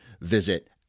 visit